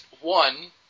One